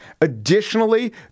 Additionally